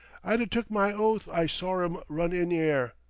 i'd a took my oath i sore'm run in ere!